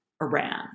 Iran